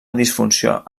disfunció